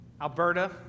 Alberta